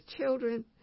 children